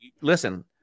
listen